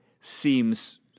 seems